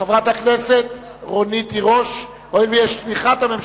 חברת הכנסת אורית תירוש, בבקשה.